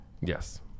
Yes